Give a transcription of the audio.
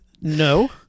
No